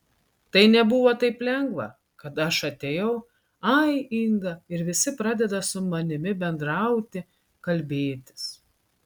tai nebuvo taip lengva kad aš atėjau ai inga ir visi pradeda su mani bendrauti kalbėtis